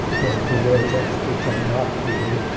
one of the world's experts on knot theory.